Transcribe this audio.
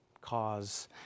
cause